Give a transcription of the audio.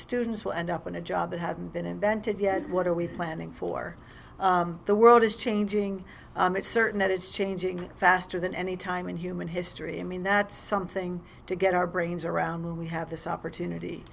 students will end up in a job that hadn't been invented yet what are we planning for the world is changing it's certain that it's changing faster than any time in human history i mean that's something to get our brains around when we have this opportunity